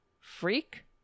freak